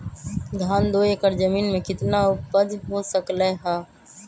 धान दो एकर जमीन में कितना उपज हो सकलेय ह?